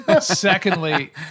Secondly